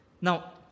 Now